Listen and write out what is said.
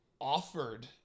offered